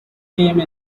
came